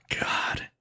God